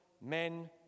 men